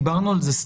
דיברנו על זה.